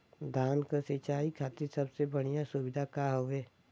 धान क सिंचाई खातिर सबसे बढ़ियां सुविधा का हवे?